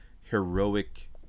heroic